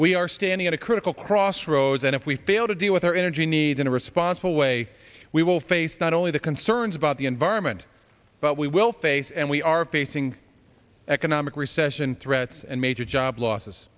we are standing at a critical crossroads and if we fail to deal with our energy needs in a responsible way we will face not only the concerns about the environment but we will face and we are facing economic recession threats and major job losses